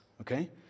okay